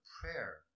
prayer